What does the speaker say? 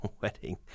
wedding